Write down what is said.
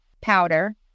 powder